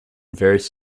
various